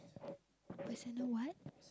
I don't know what